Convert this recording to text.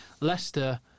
Leicester